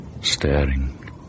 staring